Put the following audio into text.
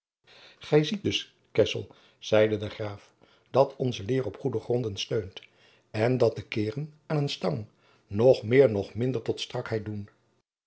gij ziet dus kessel zeide de graaf dat onze leer op goede gronden steunt en dat de keeren aan een stang noch meer noch minder tot de strakheid doen